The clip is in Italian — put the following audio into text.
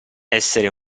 essere